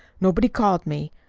nobody called me.